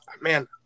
man